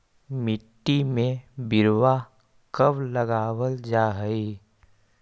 मिट्टी में बिरवा कब लगावल जा हई?